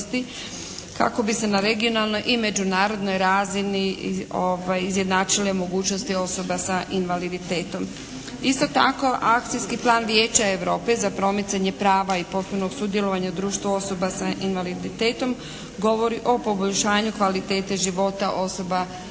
kako bi se na regionalnoj i međunarodnoj razini izjednačile mogućnosti osoba sa invaliditetom. Isto tako akcijski plan Vijeća Europe za promicanje prava i potpunog sudjelovanja društvu osoba sa invaliditetom govori o poboljšanju kvalitete života osoba u